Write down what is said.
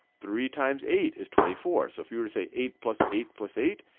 three times eight is twenty four. so if you were to say eight plus eight plus eight,